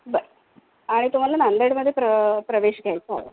बरं आणि तुम्हाला नंदेडमध्ये प्र प्रवेश घ्यायचा आहे